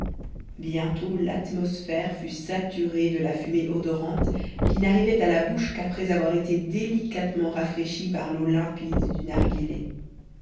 bientôt l'atmosphère fut saturée de cette fumée odorante qui n'arrivait à la bouche qu'après avoir été délicatement rafraîchie par l'eau limpide du narghilé